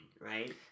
right